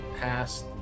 past